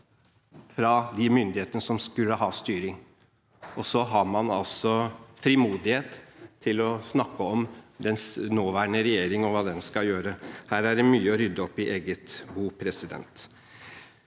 fra de myndighetene som skulle ha styring. Likevel har man altså frimodighet til å snakke om den nåværende regjering og hva den skal gjøre. Her er det mye å rydde opp i i eget bo. Vi er